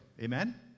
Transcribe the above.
Amen